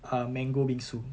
err mango bingsu